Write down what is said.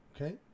okay